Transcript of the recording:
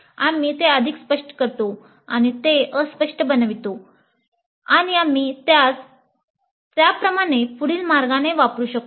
आम्ही ते अधिक स्पष्ट करतो आम्ही ते अस्पष्ट बनवितो आणि आम्ही त्याला त्याप्रमाणे पुढील मार्गाने वापरु शकतो